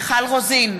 מיכל רוזין,